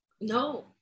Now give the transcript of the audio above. no